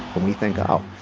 we think, oh,